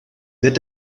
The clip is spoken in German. wird